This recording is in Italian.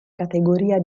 categoria